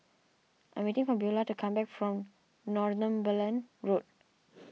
I'm waiting for Beula to come back from Northumberland Road